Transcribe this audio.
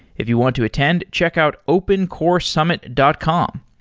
if you want to attend, check out opencoresummit dot com.